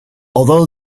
although